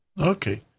Okay